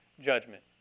judgment